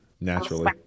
naturally